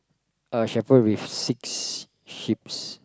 a shepherd with six sheep's